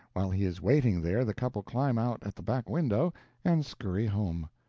while he is waiting there the couple climb out at the back window and scurry home!